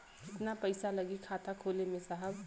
कितना पइसा लागि खाता खोले में साहब?